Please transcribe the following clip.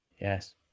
Yes